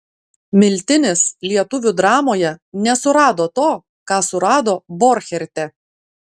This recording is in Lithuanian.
miltinis lietuvių dramoje nesurado to ką surado borcherte